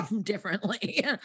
differently